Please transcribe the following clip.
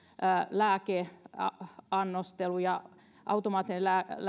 lääkeannostelu ja automaattinen